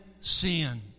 sin